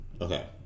Okay